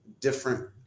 different